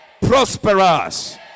prosperous